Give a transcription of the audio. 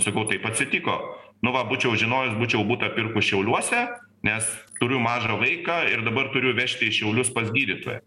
sakau taip atsitiko nu va būčiau žinojus būčiau butą pirkus šiauliuose nes turiu mažą vaiką ir dabar turiu vežti į šiaulius pas gydytoją